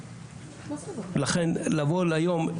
לכן לבוא היום,